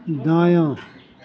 दायाँ